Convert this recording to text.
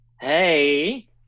Hey